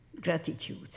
Gratitude